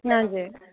हजुर